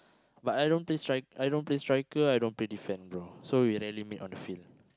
but I don't play strike I don't play striker I don't play defend bro so we on the field